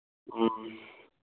ꯎꯝ